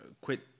quit